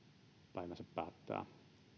päivänsä päättää